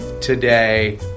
today